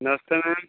नमस्ते मैम